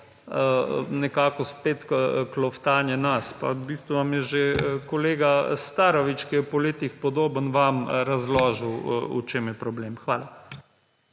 nekako spet kloftanje nas, pa v bistvu vam je že kolega Starović, ki je po letih podoben vam, razložil, v čem je problem. Hvala.